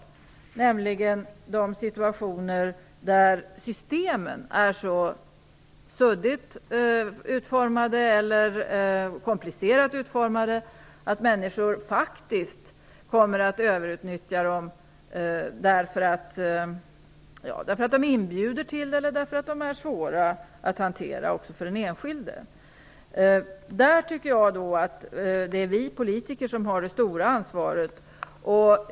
Det gäller de situationer där systemen är så suddigt eller komplicerat utformade att människor faktiskt kommer att överutnyttja dem därför att systemen inbjuder till det eller är svåra att hantera för den enskilde. Där är det vi politiker som har det stora ansvaret.